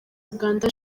uganda